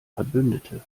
verbündete